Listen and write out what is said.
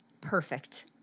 perfect